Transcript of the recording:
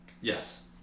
Yes